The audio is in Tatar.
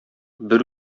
бер